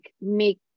make